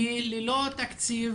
ללא תקציב,